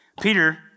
Peter